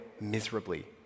miserably